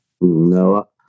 No